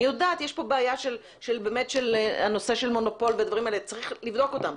אני יודעת שיש כאן בעיה של מונופול ודברים כאלה ואכן צריך לבדוק אותם,